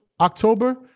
October